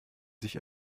sich